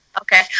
Okay